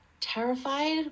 terrified